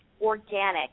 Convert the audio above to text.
organic